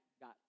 got